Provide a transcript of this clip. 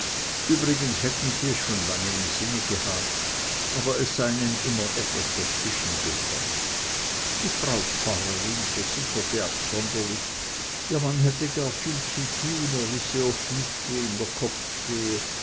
übrigens hätten sie es schon lange im sinne gehabt aber es sei ihnen immer etwas dazwischen gekommen die frau pfarrerin versicherte absonderlich ihr mann hätte gar viel zu tun er wisse oft nicht wo ihm der kopf stehe